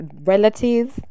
relatives